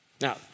Now